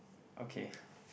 okay